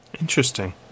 Interesting